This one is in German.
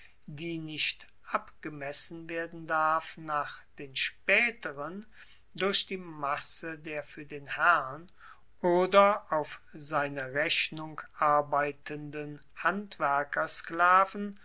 die nicht abgemessen werden darf nach den spaeteren durch die masse der fuer den herrn oder auf seine rechnung arbeitenden